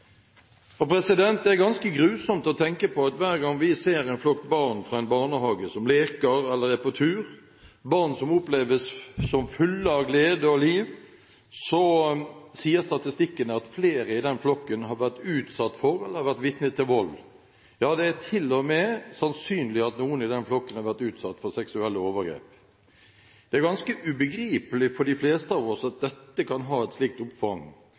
Det er ganske grusomt å tenke på at hver gang vi ser en flokk barn fra en barnehage som leker eller er på tur, barn som oppleves som fulle av glede og liv, så sier statistikken at flere i den flokken har vært utsatt for eller har vært vitne til vold. Ja, det er til og med sannsynlig at noen i den flokken har vært utsatt for seksuelle overgrep. Det er ganske ubegripelig for de fleste av oss at dette kan ha et slikt